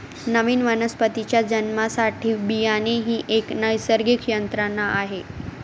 नवीन वनस्पतीच्या जन्मासाठी बियाणे ही एक नैसर्गिक यंत्रणा आहे